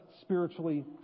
spiritually